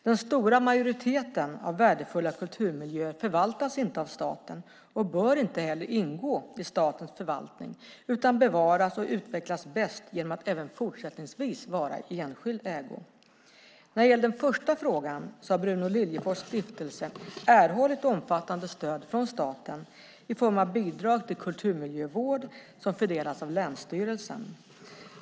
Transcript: Den stora majoriteten av värdefulla kulturmiljöer förvaltas inte av staten och bör inte heller ingå i statens förvaltning, utan bevaras och utvecklas bäst genom att även fortsättningsvis vara i enskild ägo. När det gäller den första frågan har Bruno Liljefors stiftelse erhållit omfattande stöd från staten i form av bidrag till kulturmiljövård som fördelas av länsstyrelsen.